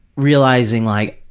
realizing like,